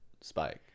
spike